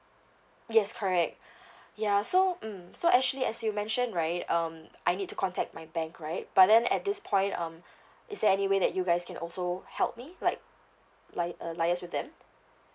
yes correct ya so mm so actually as you mention right um I need to contact my bank right but then at this point um is there any way that you guys can also help me like li~ uh liaise with them